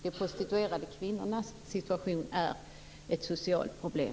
De prostituerade kvinnornas situation är ett socialt problem.